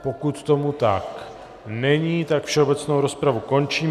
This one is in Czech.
Pokud tomu tak není, všeobecnou rozpravu končím.